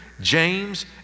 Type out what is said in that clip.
James